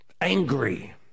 Angry